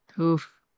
Oof